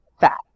fat